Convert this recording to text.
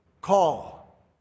call